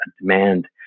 demand